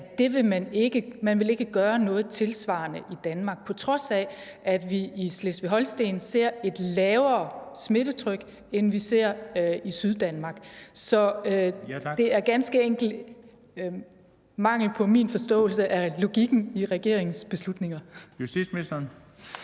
at man ikke vil gøre noget tilsvarende i Danmark, på trods af at vi i Slesvig-Holsten ser et lavere smittetryk, end vi ser i Syddanmark. Så der er ganske enkelt tale om en manglende forståelse fra min side af logikken i regeringens beslutninger. Kl. 13:28 Den